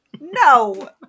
No